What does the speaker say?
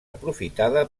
aprofitada